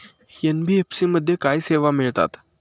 NBFC मध्ये काय सेवा मिळतात?